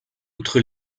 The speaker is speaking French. outre